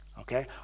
Okay